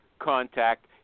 contact